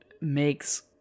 makes